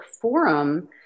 forum